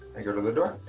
i go to the door.